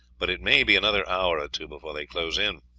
but it may be another hour or two before they close in.